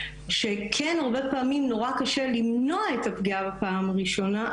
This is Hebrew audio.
שכן הרבה פעמים נורא קשה למנוע את הפגיעה בפעם הראשונה,